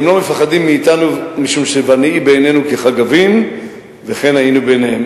הם לא מפחדים מאתנו משום ש"ונהי בעינינו כחגבים וכן היינו בעיניהם".